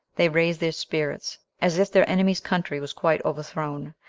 they raised their spirits, as if their enemy's country was quite overthrown,